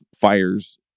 fires